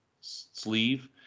sleeve